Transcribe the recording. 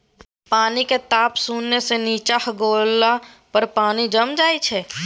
पानिक ताप शुन्ना सँ नीच्चाँ गेला पर पानि जमि जाइ छै